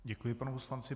Děkuji panu poslanci.